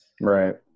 right